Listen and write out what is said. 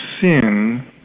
sin